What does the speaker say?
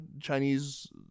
Chinese